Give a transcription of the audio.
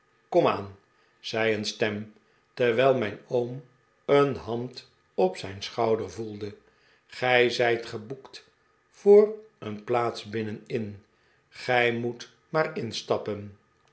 komaan zei een stem terwijl mijn oom een hand op zijn schouder voelde gij zijt geboekt voor een plaats binnen in gij moest maar instappen